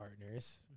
partners